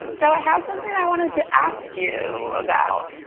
so i had something i wanted to ask you about.